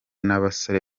n’abasore